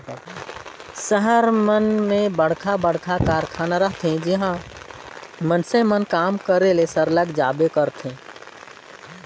सहर मन में बड़खा बड़खा कारखाना रहथे जिहां मइनसे मन काम करे ले सरलग जाबे करथे